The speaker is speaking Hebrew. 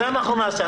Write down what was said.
את זה אנחנו נעשה.